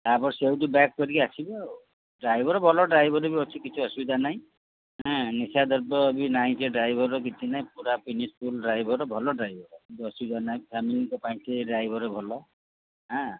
ତା'ପରେ ସେଇଠୁ ବ୍ୟାକ୍ କରିକି ଆସିବେ ଆଉ ଡ୍ରାଇଭର୍ ଭଲ ଡ୍ରାଇଭର୍ ବି ଅଛି କିଛି ଅସୁବିଧା ନାହିଁ ନିଶାଦ୍ରବ୍ୟ ବି ନାହିଁ ସେ ଡ୍ରାଇଭର୍ର କିଛି ନାହିଁ ପୁରା ପ୍ରିନିସିପୁଲ୍ ଡ୍ରାଇଭର୍ ଭଲ ଡ୍ରାଇଭର୍ କିଛି ଅସୁବିଧା ନାହିଁ ଫ୍ୟାମିଲିଙ୍କ ପାଇଁ ଡ୍ରାଇଭର୍ ଭଲ ହାଁ